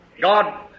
God